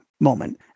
moment